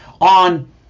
on